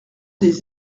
des